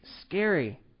scary